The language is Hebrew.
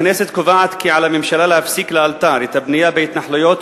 הכנסת קובעת כי על הממשלה להפסיק לאלתר את הבנייה בהתנחלויות,